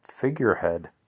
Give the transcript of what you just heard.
figurehead